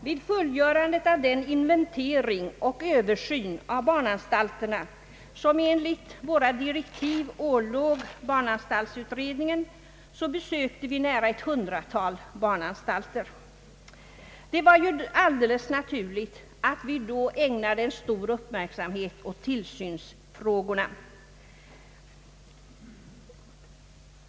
Vid fullgörandet av den inventering och översyn av barnanstalterna, som enligt våra direktiv ålåg barnanstaltsutredningen, besökte vi nära ett hundratal barnanstalter. Det var ju alldeles naturligt att vi då ägnade en stor uppmärksamhet åt tillsynsfrågorna.